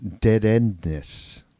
dead-endness